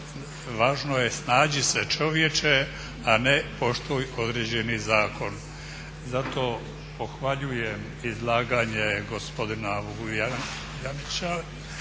važno je snađi se čovječe, a ne poštuj određeni zakon. Zato pohvaljujem izlaganje gospodina Vuljanića,